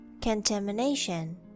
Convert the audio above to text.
Contamination